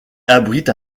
abrite